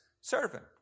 servant